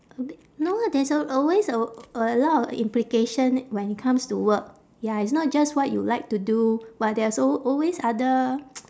a b~ no lah there's al~ always a a lot of implication when it comes to work ya it's not just what you like to do but there's al~ always other